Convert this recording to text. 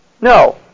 No